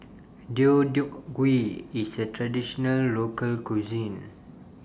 Deodeok Gui IS A Traditional Local Cuisine